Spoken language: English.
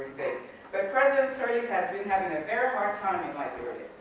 but president sirleaf has been having a very hard time in like